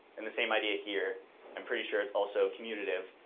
and the same idea here i'm pretty sure it's also commutative.